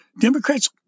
Democrats